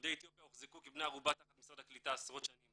יהודי אתיופיה הוחזקו כבני ערובה תחת משרד הקליטה עשרות שנים